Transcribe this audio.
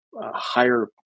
higher